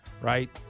right